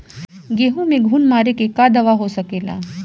गेहूँ में घुन मारे के का दवा हो सकेला?